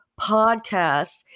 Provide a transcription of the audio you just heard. podcast